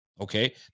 Okay